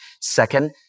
Second